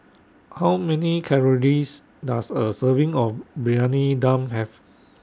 How Many Calories Does A Serving of Briyani Dum Have